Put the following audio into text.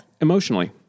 emotionally